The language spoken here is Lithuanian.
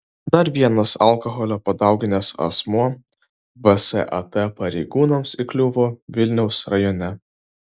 dar vienas alkoholio padauginęs asmuo vsat pareigūnams įkliuvo vilniaus rajone